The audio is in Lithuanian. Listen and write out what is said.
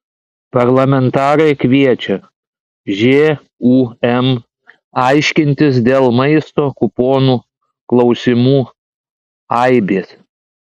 parlamentarai kviečia žūm aiškintis dėl maisto kuponų klausimų aibės